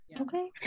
Okay